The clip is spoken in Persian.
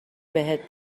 بهت